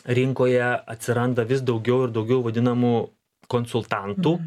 rinkoje atsiranda vis daugiau ir daugiau vadinamų konsultantų